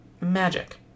magic